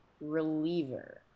reliever